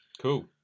Cool